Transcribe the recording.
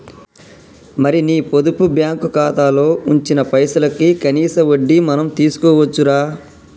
మరి నీ పొదుపు బ్యాంకు ఖాతాలో ఉంచిన పైసలకి కనీస వడ్డీ మనం తీసుకోవచ్చు రా